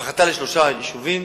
והפיכתה לשלושה יישובים,